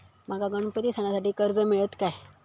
माका गणपती सणासाठी कर्ज मिळत काय?